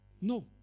No